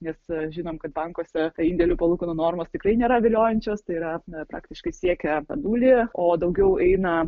nes žinom kad bankuose indėlių palūkanų normos tikrai nėra viliojančios tai yra na praktiškai siekia apie nulį o daugiau eina